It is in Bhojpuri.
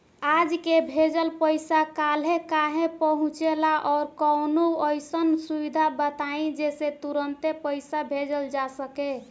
आज के भेजल पैसा कालहे काहे पहुचेला और कौनों अइसन सुविधा बताई जेसे तुरंते पैसा भेजल जा सके?